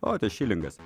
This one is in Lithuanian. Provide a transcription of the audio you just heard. o tai šilingas